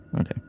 Okay